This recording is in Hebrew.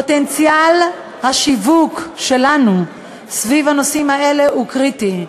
פוטנציאל השיווק שלנו סביב הנושאים האלה הוא קריטי.